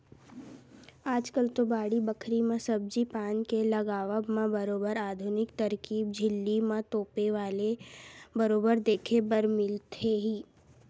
आजकल तो बाड़ी बखरी म सब्जी पान के लगावब म बरोबर आधुनिक तरकीब झिल्ली म तोपे वाले बरोबर देखे बर मिलथे ही